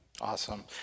Awesome